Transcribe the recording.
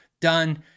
done